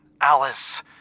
Alice